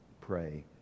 pray